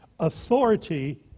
Authority